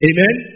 Amen